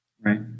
Right